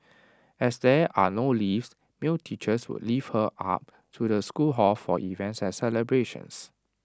as there are no lifts male teachers would lift her up to the school hall for events and celebrations